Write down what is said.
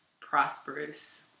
prosperous